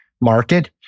market